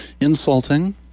insulting